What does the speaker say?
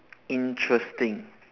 interesting